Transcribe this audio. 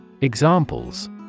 Examples